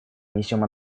несем